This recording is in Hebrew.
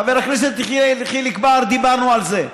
חבר הכנסת יחיאל חיליק בר, דיברנו על זה.